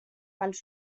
pels